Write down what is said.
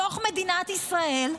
בתוך מדינת ישראל.